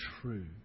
true